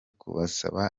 kubasaba